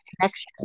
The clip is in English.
connection